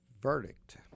verdict